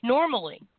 Normally –